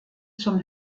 zum